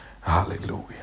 Hallelujah